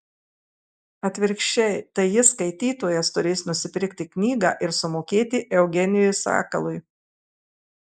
atvirkščiai tai jis skaitytojas turės nusipirkti knygą ir sumokėti eugenijui sakalui